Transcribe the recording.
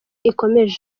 ikomeje